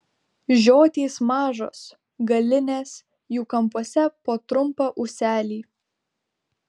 žiotys mažos galinės jų kampuose po trumpą ūselį